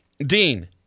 Dean